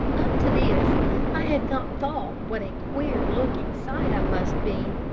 up to this, i had not thought what a queer-looking sight i must be.